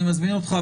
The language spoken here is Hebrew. אני מזמין אותך,